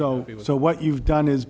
if so what you've done is